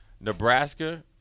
Nebraska